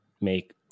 make